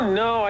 no